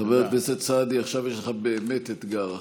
חבר הכנסת סעדי, עכשיו יש לך באמת אתגר.